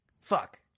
Fuck